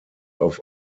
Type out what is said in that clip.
auf